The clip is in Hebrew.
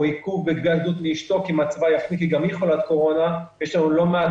או עיכוב בגביית עדות מאשתו כי גם היא חולת קורונה יש לנו לא מעט